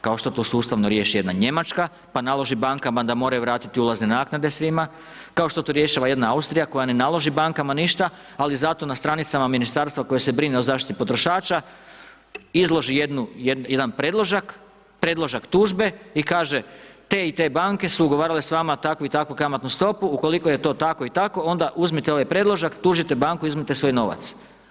Kao što to sustavno riješi jedna Njemačka pa naloži bankama da moraju vratiti ulazne naknade svima, kao što to rješava jedna Austrija koja ne naloži bankama ništa, ali zato na stranicama ministarstva koje se brine o zaštiti potrošača izloži jedan predložak, predložak tužbe i kaže te i te banke su ugovarale s vama takvu i takvu kamatnu stopu, ukoliko je to tako i tako onda uzmite ovaj predložak, tužite banku i uzmite svoj novac.